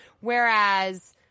whereas